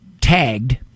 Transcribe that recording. tagged